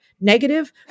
negative